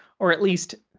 or at least,